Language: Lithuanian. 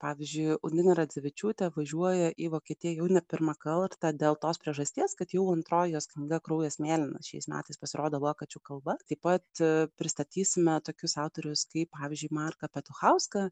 pavyzdžiui undinė radzevičiūtė važiuoja į vokietiją jau ne pirmą kartą dėl tos priežasties kad jau antroji jos knyga kraujas mėlynas šiais metais pasirodo vokiečių kalba taip pat pristatysime tokius autorius kaip pavyzdžiui marką petuchauską